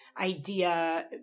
idea